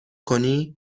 کنی